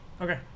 Okay